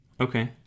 Okay